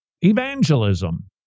evangelism